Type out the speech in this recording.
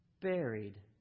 buried